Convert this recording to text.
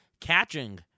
catching